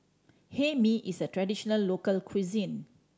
Hae Mee is a traditional local cuisine